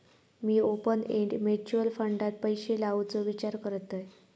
मी open end mutual फंडात पैशे लावुचो विचार करतंय